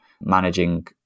managing